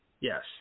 Yes